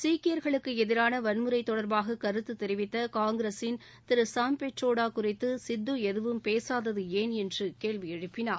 சீக்கியர்களுக்கு எதிரான வன்முறை தொடர்பாக கருத்து தெரிவித்த காங்கிரசின் திரு சாம்பிட்ரோடா குறித்து சித்து எதுவும் பேசாதது ஏன் என்று கேள்வி எழுப்பினார்